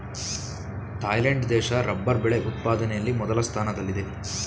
Thailand ದೇಶ rubber ಬೆಳೆ ಉತ್ಪಾದನೆಯಲ್ಲಿ ಮೊದಲ ಸ್ಥಾನದಲ್ಲಿದೆ